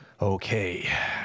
Okay